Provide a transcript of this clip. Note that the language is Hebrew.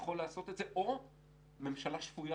יכול לעשות את זה או ממשלה שפויה